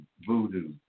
Voodoo